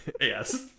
yes